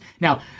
now